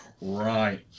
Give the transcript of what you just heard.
right